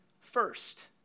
first